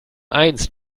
eins